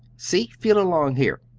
see, feel along here.